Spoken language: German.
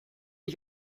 ich